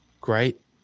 great